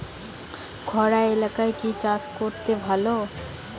খরা এলাকায় কি চাষ করলে ভালো?